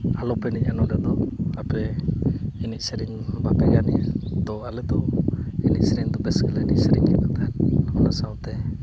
ᱟᱞᱚ ᱯᱮ ᱮᱱᱮᱡᱼᱟ ᱱᱚᱰᱮ ᱫᱚ ᱟᱯᱮ ᱮᱱᱮᱡ ᱥᱮᱨᱮᱧ ᱦᱚᱸ ᱵᱟᱯᱮ ᱜᱟᱱᱮᱜᱼᱟ ᱫᱚ ᱟᱞᱮ ᱫᱚ ᱮᱱᱮᱡ ᱥᱮᱨᱮᱧ ᱫᱚ ᱵᱮᱥ ᱜᱮᱞᱮ ᱮᱱᱮᱡ ᱥᱮᱨᱮᱧ ᱠᱮᱫᱟ ᱛᱟᱦᱮᱱ ᱚᱱᱟ ᱥᱟᱶᱛᱮ